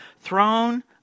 throne